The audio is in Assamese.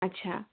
আচ্ছা